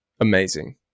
amazing